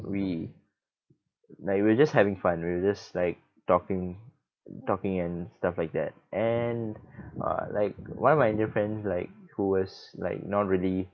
we like we're just having fun we're just like talking talking and stuff like that and uh like one of my new friends like who was like not really